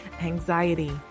anxiety